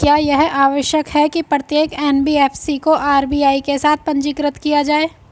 क्या यह आवश्यक है कि प्रत्येक एन.बी.एफ.सी को आर.बी.आई के साथ पंजीकृत किया जाए?